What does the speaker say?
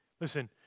Listen